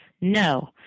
no